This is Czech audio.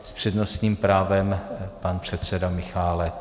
S přednostním právem pan předseda Michálek.